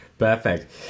Perfect